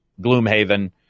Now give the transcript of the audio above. Gloomhaven